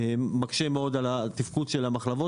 זה מקשה מאוד על התפקוד של המחלבות,